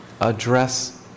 address